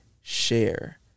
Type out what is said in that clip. share